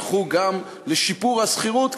ילכו גם לשיפור הסיוע בשכירות,